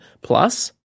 Plus